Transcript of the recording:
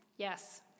Yes